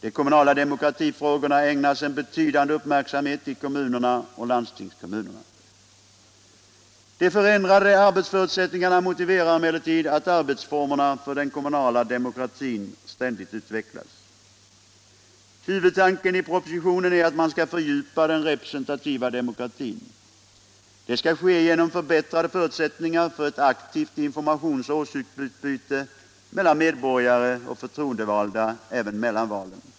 De kommunala demokratifrågorna ägnas en betydande uppmärksamhet i kommunerna och landstingskommunerna. De förändrade arbetsförutsättningarna motiverar emellertid att arbetsformerna för den kommunala demokratin ständigt utvecklas. Huvudtanken i propositionen är att man skall fördjupa den representativa demokratin. Det skall ske genom förbättrade förutsättningar för ett aktivt informations och åsiktsutbyte mellan medborgare och förtroendevalda även mellan valen.